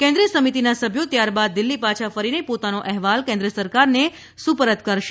કેન્દ્રીય સમિતિના સભ્યો ત્યારબાદ દિલ્હી પાછા ફરીને પોતાનો અહેવાલ કેન્દ્ર સરકારને સુપરત કરશે